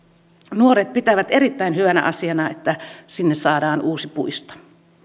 nuoret pitävät erittäin hyvänä asiana että sinne saadaan uusi puisto